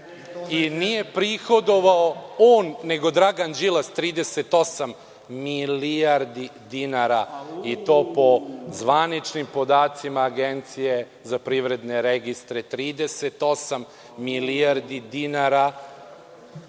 i nije prihodovao on, nego Dragan Đilas 38 milijardi dinara i to po zvaničnim podacima Agencije za privredne registre, 38 milijardi dinara